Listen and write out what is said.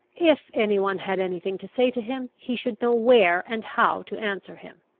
if any one had any thing to say to him, he should know where and how to answer him.